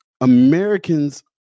Americans